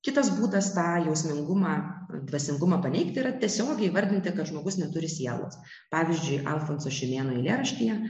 kitas būdas tą jausmingumą dvasingumą paneigti yra tiesiogiai įvardinti kad žmogus neturi sielos pavyzdžiui alfonso šimėno eilėraštyje